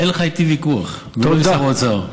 אין לך ויכוח איתי, ולא עם שר האוצר.